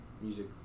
Music